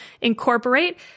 incorporate